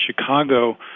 Chicago